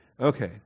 Okay